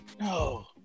No